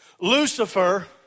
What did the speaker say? Lucifer